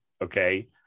okay